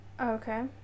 Okay